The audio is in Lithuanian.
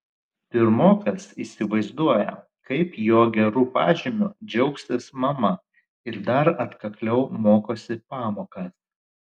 pirmokas įsivaizduoja kaip jo geru pažymiu džiaugsis mama ir dar atkakliau mokosi pamokas